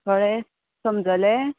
कळें समजलें